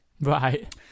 Right